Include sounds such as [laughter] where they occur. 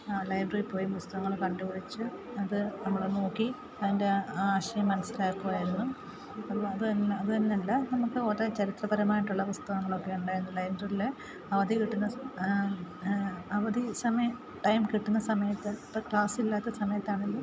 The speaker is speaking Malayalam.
ആ ലൈബ്രറിയിൽപ്പോയി പുസ്തകങ്ങൾ കണ്ടുപിടിച്ച് അതു നമ്മൾ നോക്കി അതിൻ്റെ ആശയം മനസ്സിലാക്കുമായിയിരുന്നു അപ്പോൾ അതുതന്നെ അതുതന്നെയല്ല നമുക്ക് [unintelligible] ചരിത്രപരമായിട്ടുള്ള പുസ്തകങ്ങളൊക്കെ ഉണ്ടായിരുന്നു ലൈബ്രറിയിൽ അവധി കിട്ടുന്ന അവധി സമയം ടൈം കിട്ടുന്ന സമയത്ത് അപ്പോൾ ക്ലാസ്സില്ലാത്ത സമയത്താണെങ്കിലും